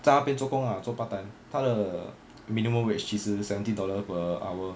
在那边做工啊做 part time 他的 minimum wage 其实 seventeen dollar per hour